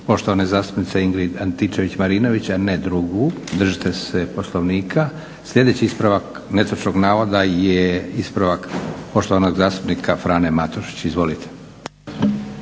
poštovane zastupnice Ingrid Antičević Marinović, a ne drugu. Držite se Poslovnika. Sljedeći ispravak netočnog navoda je ispravak poštovanog zastupnika Frane Matušića. Izvolite.